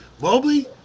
Mobley